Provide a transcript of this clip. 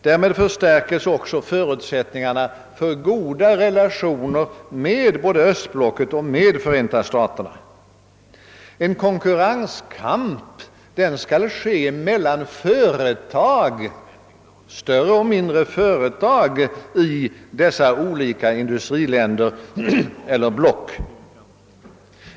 Därmed stärks i längden förutsättningarna för goda relationer med både östblocket och Förenta staterna. En konkurrenskamp skall ske mellan större och mindre företag i dessa olika industriländer eller block.